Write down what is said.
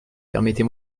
permettez